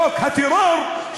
חוק הטרור,